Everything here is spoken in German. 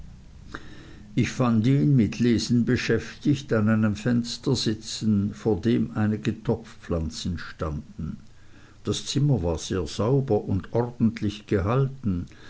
ich fand ihn mit lesen beschäftigt an einem fenster sitzen vor dem einige topfpflanzen standen das zimmer war sehr sauber und ordentlich gehalten